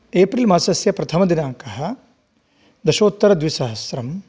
April मासस्य प्रथमदिनाङ्कः दशोत्तरद्विसहस्रम्